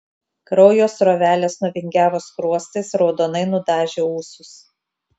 kraujo srovelės nuvingiavo skruostais raudonai nudažė ūsus